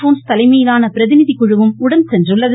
bones தலைமையிலான பிரதிநிதி குழுவும் உடன் செல்கிறது